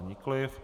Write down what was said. Nikoliv.